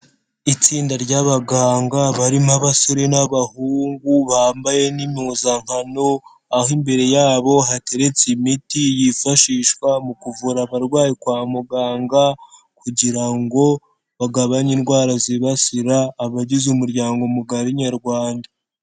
Itsinda ry'abaganga barimo abasore n'abahungu bambaye n'impuzankano, aho imbere yabo hateretse imiti yifashishwa mu kuvura abarwayi kwa muganga, kugira ngo bagabanye indwara zibasira abagize umuryango mugari nyarwanda.